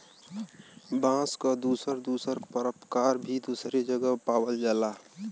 बांस क दुसर दुसर परकार भी दुसरे जगह पावल जाला